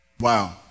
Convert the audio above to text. Wow